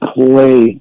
play